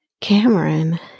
Cameron